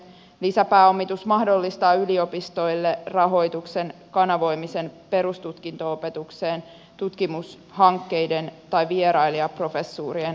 lisäpääomitus mahdollistaa yliopistoille rahoituksen kanavoimisen perustutkinto opetukseen tutkimushankkeiden tai vierailijaprofessuurien rahoittamiseen